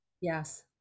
Yes